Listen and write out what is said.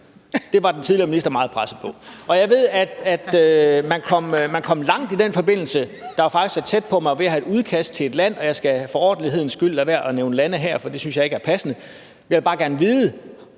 Det var den tidligere minister meget presset på. Jeg ved, at man kom langt i den forbindelse. Det var faktisk tæt på, at man var ved at have et udkast med hensyn til et land, og jeg skal for ordentlighedens skyld lade være med at nævne lande her, for det synes jeg ikke er passende. Men jeg vil bare gerne vide